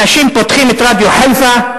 אנשים פותחים את "רדיו חיפה",